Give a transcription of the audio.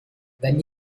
then